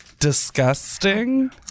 disgusting